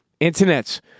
Internets